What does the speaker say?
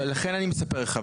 לכן אני מספר לך.